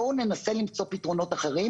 בואו ננסה למצוא פתרונות אחרים.